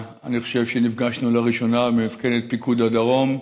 אני חושב שנפגשנו לראשונה במפקדת פיקוד הדרום,